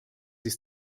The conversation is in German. ist